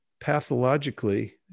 pathologically